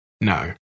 no